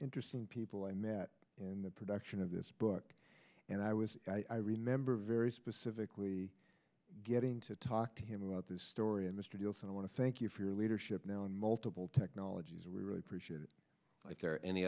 interesting people i met in the production of this book and i was i remember very specifically getting to talk to him about this story and mr deal so i want to thank you for your leadership now in multiple technologies we really appreciate it if there a